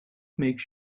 makes